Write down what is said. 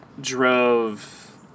drove